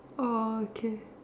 okay